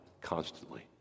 constantly